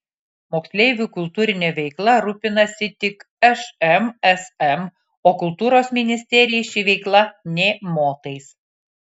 moksleivių kultūrine veikla rūpinasi tik šmsm o kultūros ministerijai ši veikla nė motais